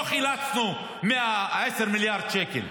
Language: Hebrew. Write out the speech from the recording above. לא חילצנו מעשרה מיליארד שקל,